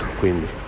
quindi